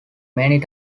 many